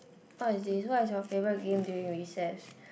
what is this what is your favourite game during recess